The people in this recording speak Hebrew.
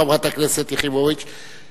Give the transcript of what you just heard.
חברת הכנסת יחימוביץ,